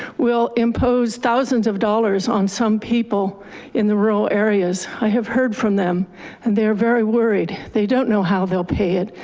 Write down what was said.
will impose thousands of dollars on some people in the rural areas. i have heard from them and they're very worried. they don't know how they'll pay it.